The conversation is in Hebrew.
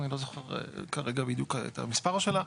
אני לא זוכר כרגע בדיוק את המספר שלה,